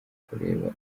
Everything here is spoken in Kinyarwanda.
kureba